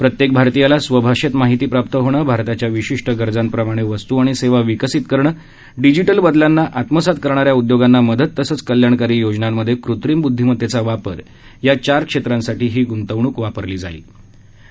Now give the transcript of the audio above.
प्रत्येक भारतीयाला स्वभाषेत माहिती प्राप्त होणं भारताच्या विशिष्ट गरजांप्रमाणे वस्तू आणि सेवा विकसित करणं डिजिटल बदलांना आत्मसात करणा या उद्योगांना मदत तसंच कल्याणकारी योजनांमधे कृत्रिम ब्दधीमतेचा वापर या चार क्षेत्रांसाठी ही गुंतवण्क वापरली जाईल असं ते म्हणाले